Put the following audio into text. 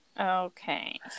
okay